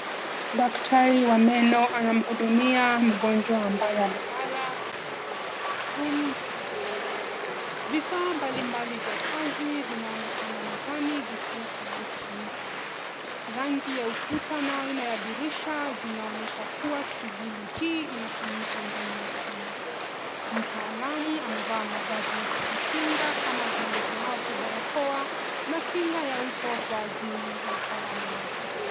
Daktari wa meno anamhudumia mgonjwa ambaye amelala kitanda maalum cha matibabu. Vifaa mbalimbali vya kazi viko mezani tayari kutumiwa. Rangi ya ukuta na dirisha zinaonyesha kuwa shughuli hii inafanyika ndani ya zahanati. Mtaalamu ameva mavazi ya kujikinga kama vile glavu, barakoa na kinga ya uso kwa ajili ya usalama wake.